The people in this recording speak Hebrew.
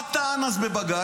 מה הוא טען אז בבג"ץ?